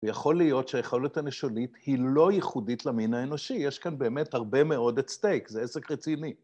ויכול להיות שהיכולת הנשולית היא לא ייחודית למין האנושי, יש כאן באמת הרבה מאוד את סטייק, זה עסק רציני.